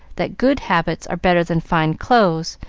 that good habits are better than fine clothes,